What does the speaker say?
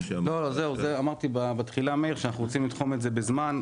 אמרתי בהתחלה שאנחנו רוצים לתחום את זה בזמן,